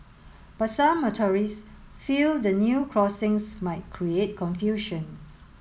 but some motorists feel the new crossings might create confusion